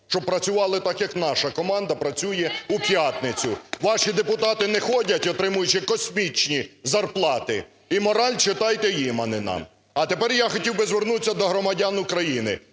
щоб працювали так, як наша команда працює у п'ятницю. Ваші депутати не ходять, отримуючи космічні зарплати, і мораль читайте їм, а не нам. А тепер я хотів би звернутися до громадян України.